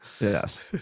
Yes